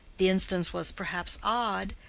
the instance was perhaps odd,